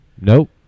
Nope